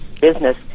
business